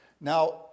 Now